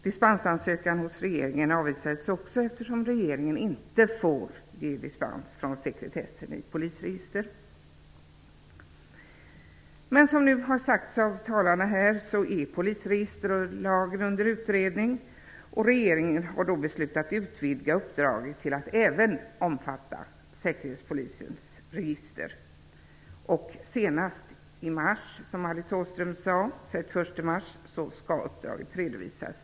Dispensansökan hos regeringen avvisades också eftersom regeringen inte får ge dispens från sekretessen i ett polisregister. Polisregisterlagen är, som föregående talare har sagt, nu under utredning. Regeringen har beslutat att utvidga uppdraget till att även omfatta Säkerhetspolisens register. Senast den 31 mars, som Alice Åström sade, skall uppdraget redovisas.